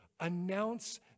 Announce